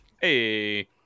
Hey